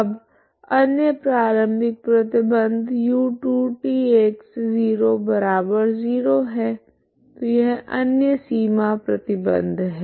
अब अन्य प्रारम्भिक प्रतिबंध u2tx00 है तो यह अन्य सीमा प्रतिबंध है